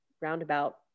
roundabout